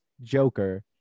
Joker